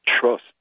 trust